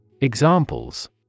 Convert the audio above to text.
Examples